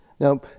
Now